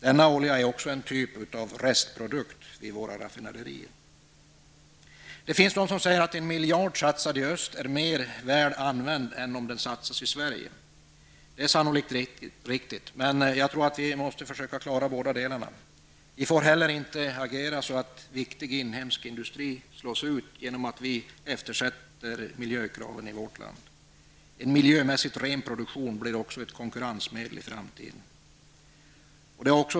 Denna olja är en typ av restprodukt i våra raffinaderier. Det finns de som säger att en miljard kronor satsade i öst är mer väl använd än om den satsas i Sverige. Det är sannolikt riktigt. Men vi måste försöka klara av båda delarna. Vi får heller inte agera så att viktig inhemsk industri slås ut genom att miljökraven eftersätts i vårt land. En miljömässigt ren produktion blir också ett konkurrensmedel i framtiden.